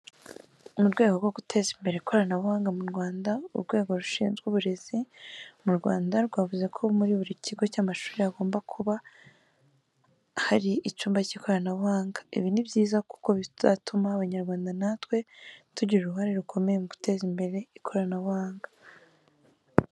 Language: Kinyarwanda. Mu rwego rwo guteza imbere ikoranabuhanga mu Rwanda, Urwego rushizwe Uburezi mu Rwanda rwavuzeko muri buri kigo cy'amashuri hagomba buka hari icyumba k'ikoranabuhanga. Ibi ni byiza kuko bizatuma Abanyarwanda na twe tugira uruhare rukomeye mu guteza imbere ikoranabuhanga.